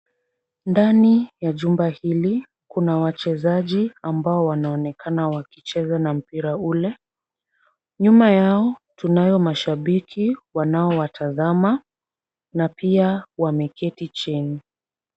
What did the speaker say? Ndani ya jumba hili kuna wachezaji ambao wanaonekana wakicheza na mpira ule. Nyuma yao tunayo mashabiki wanaowatazama na pia wameketi chini.